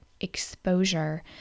exposure